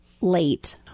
Late